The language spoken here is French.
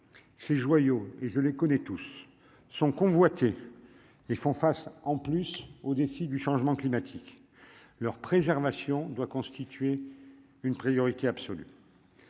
ces joyaux et je les connais tous sont convoités, ils font face en plus au défi du changement climatique leur préservation doit constituer une priorité absolue.